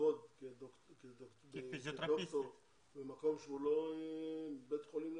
לעבוד כדוקטור במקום שהוא לא בית חולים?